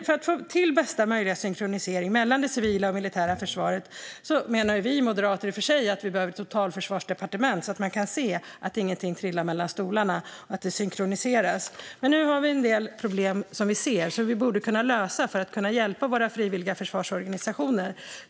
För att få till bästa möjliga synkronisering mellan det civila och det militära försvaret menar Moderaterna i och för sig att vi behöver ett totalförsvarsdepartement, så att man kan se att ingenting trillar mellan stolarna och att det synkroniseras. Men nu finns det en del problem som vi ser och som vi borde kunna lösa för att hjälpa våra frivilliga försvarsorganisationer.